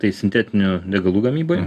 tai sintetinių degalų gamyboj